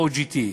OJT,